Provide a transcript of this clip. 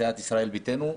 סיעת ישראל ביתנו,